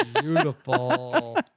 Beautiful